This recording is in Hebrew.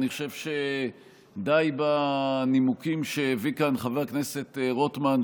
אני חושב שדי בנימוקים שהביא כאן חבר הכנסת רוטמן,